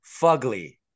fugly